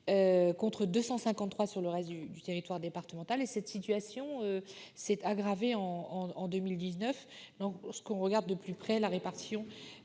contre 253 sur le reste du territoire départemental. Cette situation s'est aggravée en 2019 quand on regarde de plus près la répartition